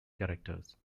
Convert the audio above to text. characters